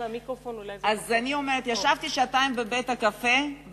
ישבתי שעתיים בבית-קפה,